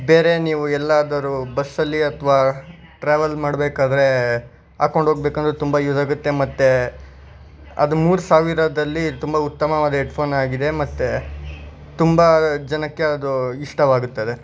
ಬೇರೆ ನೀವು ಎಲ್ಲಾದರೂ ಬಸ್ಸಲ್ಲಿ ಅಥ್ವಾ ಟ್ರಾವೆಲ್ ಮಾಡಬೇಕಾದ್ರೆ ಹಾಕ್ಕೊಂಡೋಗ್ಬೇಕಂದ್ರೂ ತುಂಬ ಯೂಸಾಗುತ್ತೆ ಮತ್ತೆ ಅದು ಮೂರು ಸಾವಿರದಲ್ಲಿ ತುಂಬ ಉತ್ತಮವಾದ ಎಡ್ಫೋನಾಗಿದೆ ಮತ್ತು ತುಂಬ ಜನಕ್ಕೆ ಅದು ಇಷ್ಟವಾಗುತ್ತದೆ